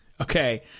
Okay